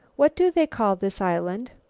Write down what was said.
what do they call this island?